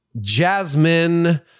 Jasmine